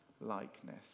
likeness